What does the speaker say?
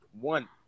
one